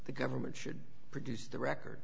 the government should produce the record